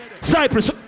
Cyprus